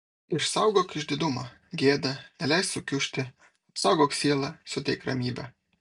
išsaugok išdidumą gėdą neleisk sukiužti apsaugok sielą suteik ramybę